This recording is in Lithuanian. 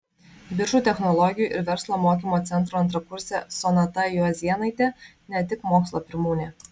biržų technologijų ir verslo mokymo centro antrakursė sonata juozėnaitė ne tik mokslo pirmūnė